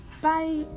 bye